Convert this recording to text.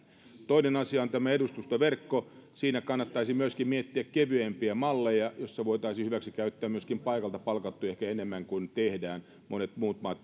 toinen asia on tämä edustustoverkko siinä kannattaisi myöskin miettiä kevyempiä malleja joissa voitaisiin hyväksikäyttää myöskin paikalta palkattuja ehkä enemmän kuin tehdään monet muut maat